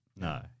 No